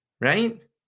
right